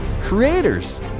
Creators